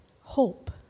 hope